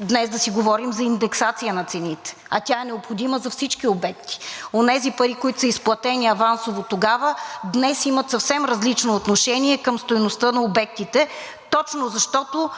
днес да си говорим за индексация на цените, а тя е необходима за всички обекти. Онези пари, които са изплатени авансово тогава, днес имат съвсем различно отношение към стойността на обектите точно защото